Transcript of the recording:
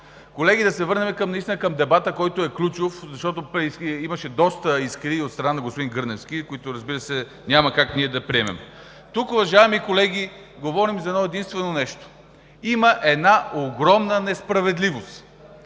колеги, да се върнем към дебата, който е ключов, защото имаше доста искри от страна на господин Гърневски, които, разбира се, няма как ние да приемем. Тук, уважаеми колеги, говорим за едно-единствено нещо – има огромна несправедливост: